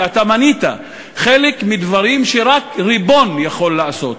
ואתה מנית חלק מדברים שרק ריבון יכול לעשות,